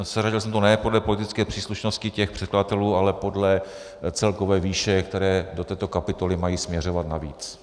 Seřadil jsem to ne podle politické příslušnosti předkladatelů, ale podle celkové výše, které do této kapitoly mají směřovat navíc.